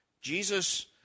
Jesus